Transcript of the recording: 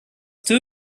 two